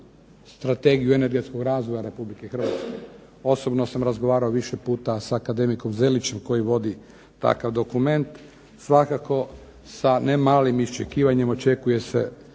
Strategiju energetskog razvoja RH. Osobno sam razgovarao više puta s akademikom Zelićem koji vodi takav dokument. Svakako sa ne malim iščekivanjem očekuje se